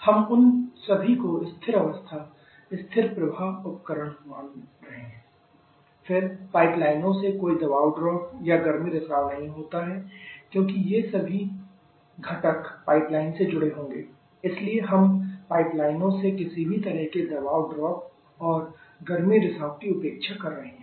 हम उन सभी को स्थिर अवस्था स्थिर प्रवाह उपकरण मान रहे हैं फिर पाइपलाइनों से कोई दबाव ड्रॉप और गर्मी रिसाव नहीं होता है क्योंकि ये सभी घटक पाइपलाइन से जुड़े होंगे इसलिए हम पाइपलाइनों से किसी भी तरह के दबाव ड्रॉप और गर्मी रिसाव की उपेक्षा कर रहे हैं